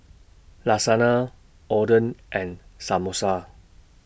Lasagna Oden and Samosa